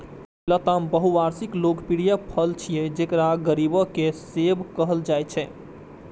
लताम बहुवार्षिक लोकप्रिय फल छियै, जेकरा गरीबक सेब कहल जाइ छै